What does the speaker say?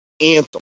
anthem